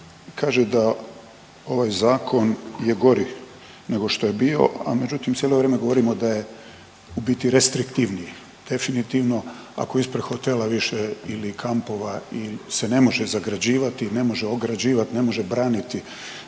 kaže da ovaj zakon je gori nego što je bio, a međutim cijelo vrijeme govorimo da je u biti restriktivniji, definitivno ako ispred hotela više ili kampova se ne može zagrađivati i ne može ograđivat, ne može braniti